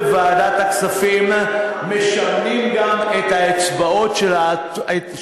להבטיח את הרוב בוועדת הכספים משמנים גם את האצבעות של השותפות,